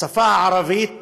השפה הערבית